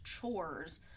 chores